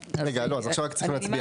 רגע, לא, עכשיו רק צריך להצביע.